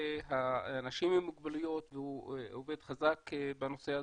נושא האנשים עם מוגבלויות והוא עובד חזק בנושא הזה.